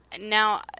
Now